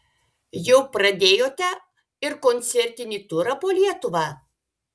jau pradėjote ir koncertinį turą po lietuvą